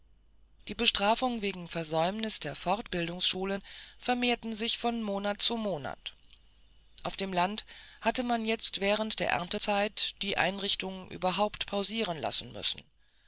die bestrafungen wegen versäumnis der fortbildungsschulen vermehrten sich von monat zu monat auf dem land hatte man jetzt während der erntezeit die einrichtung überhaupt pausieren lassen müssen